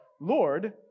Lord